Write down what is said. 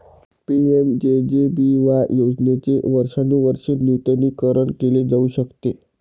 सरकारच्या पि.एम.जे.जे.बी.वाय योजनेचे वर्षानुवर्षे नूतनीकरण केले जाऊ शकते